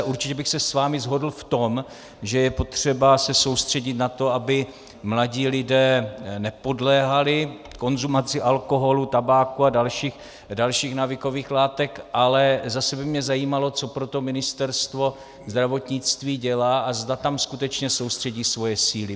Určitě bych se s vámi shodl v tom, že je potřeba se soustředit na to, aby mladí lidé nepodléhali konzumaci alkoholu, tabáku a dalších návykových látek, ale zase by mě zajímalo, co pro to Ministerstvo zdravotnictví dělá a zda tam skutečně soustředí svoje síly.